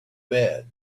bad